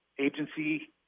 agency